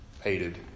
hated